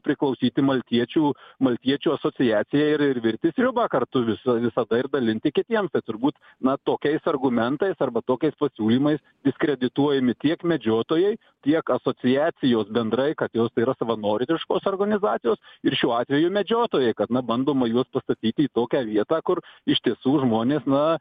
priklausyti maltiečių maltiečių asociacijai ir ir virti sriubą kartu visa visada ir dalinti kitiems tai turbūt na tokiais argumentais arba tokiais pasiūlymais diskredituojami tiek medžiotojai tiek asociacijos bendrai kad jos tai yra savanoriškos organizacijos ir šiuo atveju medžiotojai kad na bandoma juos pastatyti į tokią vietą kur iš tiesų žmonės na